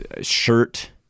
shirt